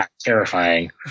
terrifying